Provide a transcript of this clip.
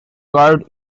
curd